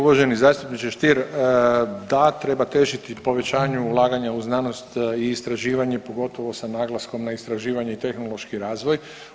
Uvaženi zastupniče Stier, da treba težiti povećanju ulaganja u znanost i istraživanje, pogotovo sa naglaskom na istraživanje i tehnološki razvoj.